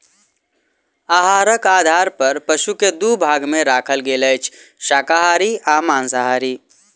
आहारक आधार पर पशु के दू भाग मे राखल गेल अछि, शाकाहारी आ मांसाहारी